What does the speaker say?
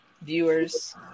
viewers